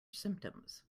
symptoms